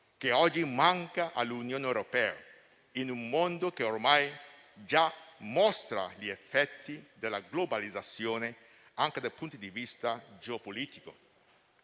che oggi manca all'Unione europea in un mondo che ormai già mostra gli effetti della globalizzazione anche dal punto di vista geopolitico.